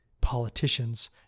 Politicians